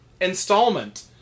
installment